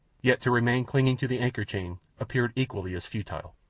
yet to remain clinging to the anchor chain appeared equally as futile.